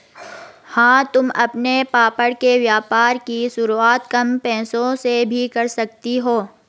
हाँ तुम अपने पापड़ के व्यापार की शुरुआत कम पैसों से भी कर सकती हो